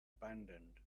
abandoned